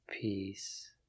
peace